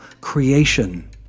creation